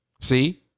See